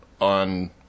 on